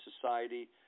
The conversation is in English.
society